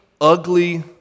ugly